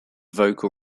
vocal